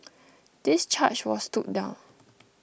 this charge was stood down